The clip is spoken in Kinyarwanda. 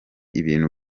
ibintu